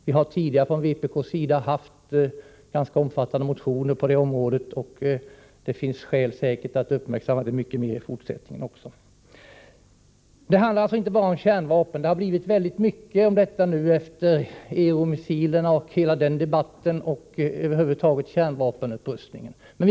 Vi har tidigare från vpk:s sida haft ganska omfattande motioner på detta område, och det finns säkert skäl att uppmärksamma detta mycket mer i fortsättningen också. Det handlar alltså inte enbart om kärnvapen — genom debatten kring Euromissilerna och kärnvapenupprustningen över huvud taget har det handlat mycket om detta.